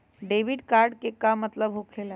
Debit card के का मतलब होकेला?